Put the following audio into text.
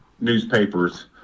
newspaper's